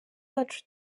wacu